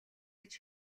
гэж